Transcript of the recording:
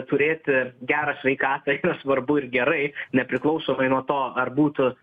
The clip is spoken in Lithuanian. turėti gerą sveikatą yra svarbu ir gerai nepriklausomai nuo to ar būtų